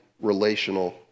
relational